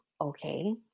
Okay